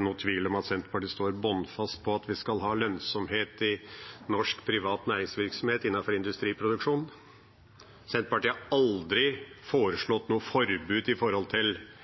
noen tvil om at Senterpartiet står bånnfast på at vi skal ha lønnsomhet i norsk privat næringsvirksomhet innafor industriproduksjon. Senterpartiet har aldri foreslått noe forbud mot utenlandsk eierskap. Det vi diskuterer, er rammene som eierskapet skal utøves innafor. Det eierskapet som vi nå får i